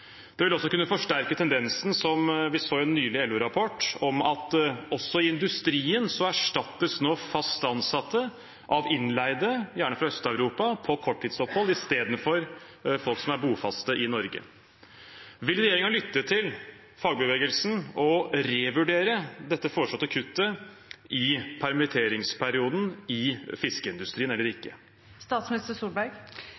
Det vil også kunne forsterke tendensen – som vi kunne lese om i en LO-rapport som kom nylig – med at fast ansatte også i industrien erstattes av innleide på korttidsopphold, gjerne fra Øst-Europa, i stedet for folk som er bofaste i Norge. Vil regjeringen lytte til fagbevegelsen og revurdere dette foreslåtte kuttet i permitteringsperioden i fiskeindustrien eller